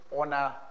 honor